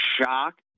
shocked